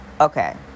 Okay